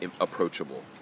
approachable